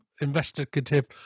investigative